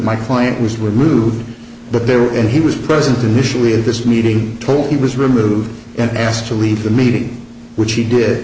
my client was removed but they were and he was present initially of this meeting told he was removed and asked to leave the meeting which he did